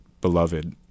beloved